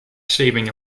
shaving